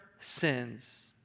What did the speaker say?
sins